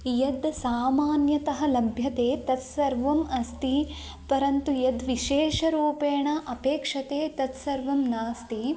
यद् सामान्यतः लभ्यते तत् सर्वम् अस्ति परन्तु यद् विशेषरूपेण अपेक्षते तत् सर्वं नास्ति